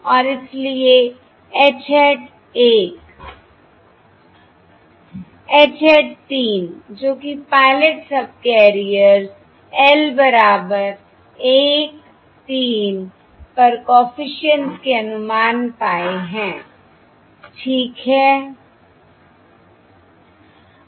और इसलिए H hat 1 H hat 3 जो कि पायलट सबकैरियर्स l बराबर 13 पर कॉफिशिएंट्स के अनुमान पाये है ठीक है